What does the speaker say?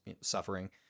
suffering